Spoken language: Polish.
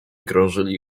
krążyli